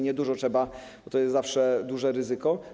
Niedużo trzeba, bo to jest zawsze duże ryzyko.